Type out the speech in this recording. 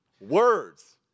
Words